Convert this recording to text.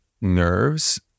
nerves